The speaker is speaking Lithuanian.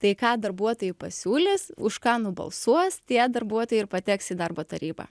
tai ką darbuotojai pasiūlys už ką nubalsuos tie darbuotojai ir pateks į darbo tarybą